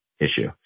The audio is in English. issue